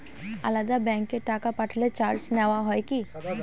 আলাদা ব্যাংকে টাকা পাঠালে চার্জ নেওয়া হয় কি?